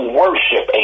worship